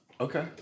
Okay